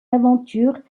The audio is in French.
aventures